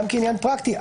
רק כעניין פרקטי,